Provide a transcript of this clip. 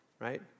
right